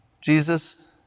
Jesus